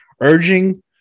urging